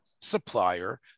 supplier